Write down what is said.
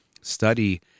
study